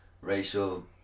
racial